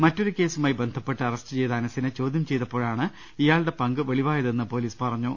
മറ്റൊരു കേസുമായി ബന്ധപ്പെട്ട് അറസ്റ്റ് ചെയ്ത അനസിനെ ചോദ്യം ചെയ്തപ്പോഴാണ് ഇയാളുടെ പങ്ക് വെളിവായതെന്ന് പൊലീസ് പറഞ്ഞു